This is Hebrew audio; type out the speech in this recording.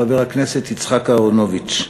חבר הכנסת יצחק אהרונוביץ.